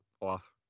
off